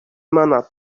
manner